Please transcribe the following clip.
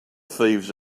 thieves